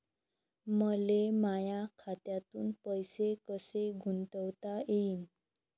मले माया खात्यातून पैसे कसे गुंतवता येईन?